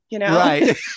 Right